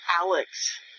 Alex